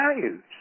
values